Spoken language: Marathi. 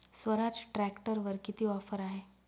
स्वराज ट्रॅक्टरवर किती ऑफर आहे?